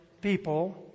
people